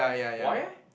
why eh